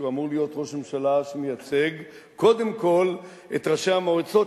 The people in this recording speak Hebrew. שאמור להיות ראש ממשלה שמייצג קודם כול את ראשי המועצות,